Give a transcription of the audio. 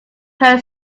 heard